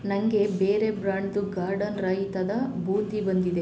ನಂಗೆ ಬೇರೆ ಬ್ರ್ಯಾಂಡ್ದು ಗಾರ್ಡನ್ ರಾಯಿತದ ಬೂಂದಿ ಬಂದಿದೆ